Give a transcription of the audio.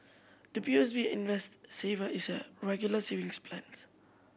the P O S B Invest Saver is a Regular Savings Plans